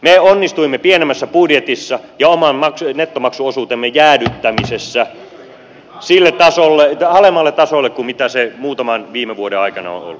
me onnistuimme pienemmässä budjetissa ja oman nettomaksuosuutemme jäädyttämisessä alemmalle tasolle kuin mitä se muutaman viime vuoden aikana on ollut